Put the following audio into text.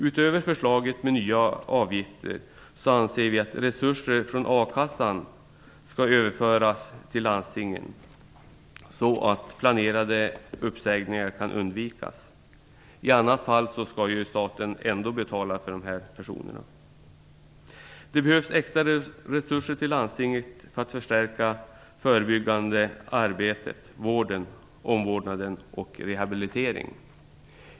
Utöver förslaget med nya avgifter anser vi att resurser från a-kassan skall överföras till landstingen, så att planerade uppsägningar kan undvikas. I annat fall skall staten ändå betala för de här personerna. Det behövs extra resurser till landstingen för att förstärka det förebyggande arbetet, vården, omvårdnaden och rehabiliteringen.